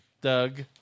Doug